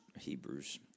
Hebrews